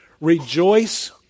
rejoice